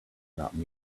not